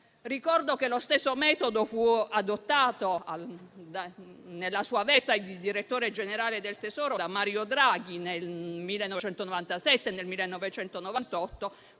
Ricordo che lo stesso metodo fu adottato, nella sua veste di direttore generale del Tesoro, da Mario Draghi nel 1997 e nel 1998,